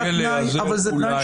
צריך יהיה להיעזר אולי.